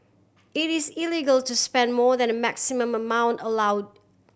it is illegal to spend more than the maximum amount allow